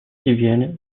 diviene